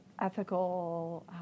ethical